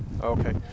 Okay